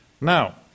Now